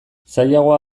zailagoa